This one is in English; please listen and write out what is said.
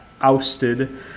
ousted